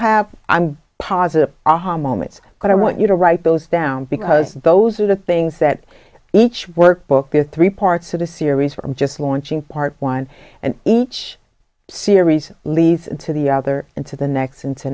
have i'm positive aha moments but i want you to write those down because those are the things that each workbook with three parts of the series from just launching part one and each series leads to the other and to the next and to